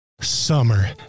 Summer